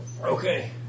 Okay